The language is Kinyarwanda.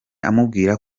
amubwira